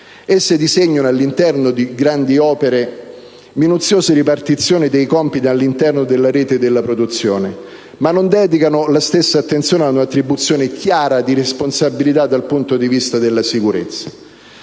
Si disegnano all'interno delle grandi opere minuziose ripartizioni dei compiti nella rete della produzione, ma non si dedica la stessa attenzione all'attribuzione chiara delle responsabilità dal punto di vista della sicurezza.